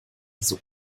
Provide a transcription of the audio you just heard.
diese